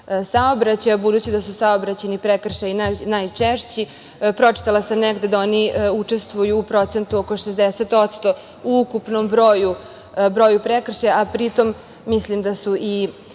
saobraćaja, budući da su saobraćajni prekršaji najčešći. Pročitala sam negde da oni učestvuju u procentu oko 60% u ukupnom broju prekršaja, a pri tom milim da su i